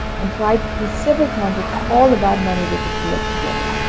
and tried me several times with all the bad money they could collect together,